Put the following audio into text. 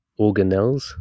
organelles